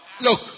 Look